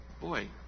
Boy